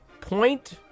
Point